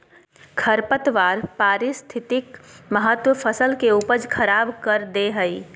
खरपतवार पारिस्थितिक महत्व फसल के उपज खराब कर दे हइ